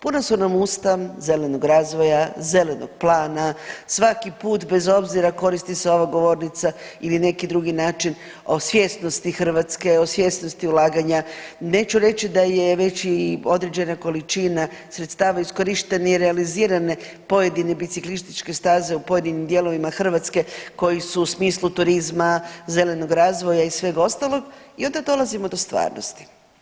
Puna su nam usta zelenog razvoja, zelenog plana, svaki put bez obzira koristi se ova govornica ili neki drugi način o svjesnosti Hrvatske, o svjesnosti ulaganja, neću reći da je već i određena količina sredstava iskorištene i realizirane pojedine biciklističke staze u pojedinim dijelovima Hrvatske koji su u smislu turizma, zelenog razvoja i sveg ostalog i onda dolazimo do stvarnosti.